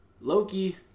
Loki